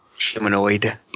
Humanoid